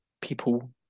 people